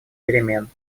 перемен